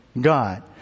God